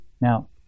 Now